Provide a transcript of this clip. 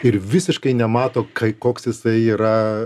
ir visiškai nemato kai koks jisai yra